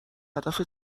هدف